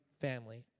family